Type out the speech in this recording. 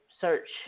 search